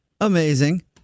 Amazing